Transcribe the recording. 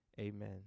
Amen